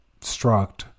struct